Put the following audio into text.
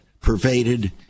pervaded